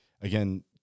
again